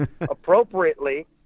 appropriately